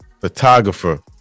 photographer